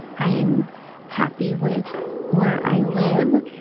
i am happy with where i live.